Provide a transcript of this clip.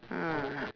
ah